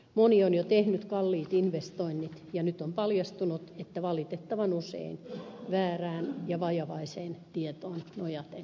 moni on jo tehnyt kalliit investoinnit ja nyt on paljastunut että valitettavan usein väärään ja vajavaiseen tietoon nojaten päätökset on tehty